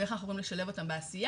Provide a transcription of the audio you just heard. איך אנחנו יכולים לשלב אותם בעשיה.